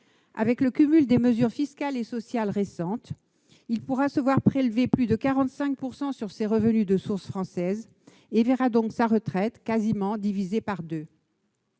Avec le cumul des mesures fiscales et sociales récentes, il pourra se voir prélever plus de 45 % sur ses revenus de source française ; sa pension de retraite sera donc quasiment divisée par deux.